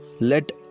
let